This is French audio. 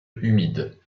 humides